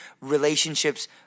relationships